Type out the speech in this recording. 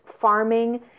farming